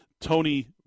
Tony